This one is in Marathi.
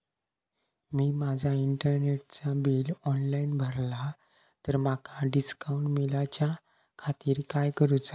मी माजा इंटरनेटचा बिल ऑनलाइन भरला तर माका डिस्काउंट मिलाच्या खातीर काय करुचा?